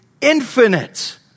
infinite